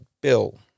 Bill